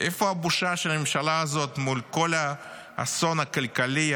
איפה הבושה של הממשלה הזאת מול כל האסון הכלכלי,